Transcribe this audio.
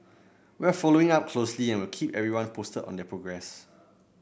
we are following up closely and will keep everyone posted on their progress